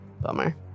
Bummer